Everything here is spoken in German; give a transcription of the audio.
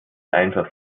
einfach